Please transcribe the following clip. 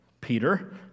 Peter